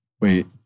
Wait